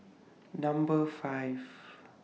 Number five